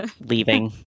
leaving